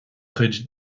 chuid